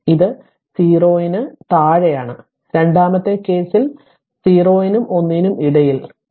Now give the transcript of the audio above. അതിനാൽ ഇത് 0 ന് 0 ന് താഴെയാണ് രണ്ടാമത്തെ കേസിൽ 0 നും 1 നും ഇടയിൽ Vt 4 t